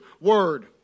word